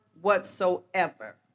whatsoever